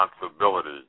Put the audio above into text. responsibility